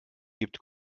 gibt